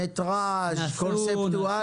מטראז', קונספטואלי?